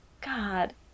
God